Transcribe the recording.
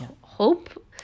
hope